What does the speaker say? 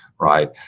right